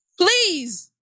Please